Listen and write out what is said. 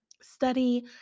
study